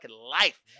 life